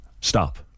stop